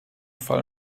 fall